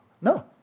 No